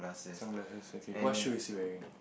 sunglasses okay what shoe is he wearing